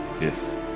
Yes